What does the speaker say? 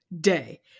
day